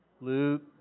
Luke